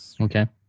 Okay